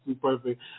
perfect